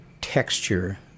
texture